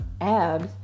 abs